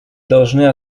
должны